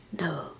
No